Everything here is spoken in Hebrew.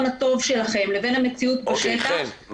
הטוב שלכם לבין המציאות בשטח --- חן,